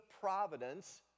providence